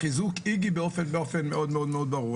חיזוק איג"י בצורה מאוד ברורה.